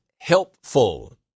helpful